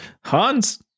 Hans